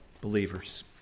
believers